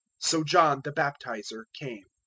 so john the baptizer came,